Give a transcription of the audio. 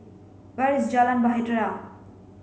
where is Jalan Bahtera